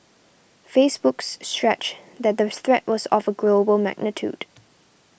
Facebook's Stretch that the threat was of a global magnitude